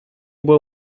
było